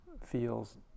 feels